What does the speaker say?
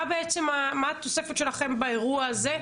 מה התוספת שלכם באירוע הזה,